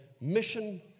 mission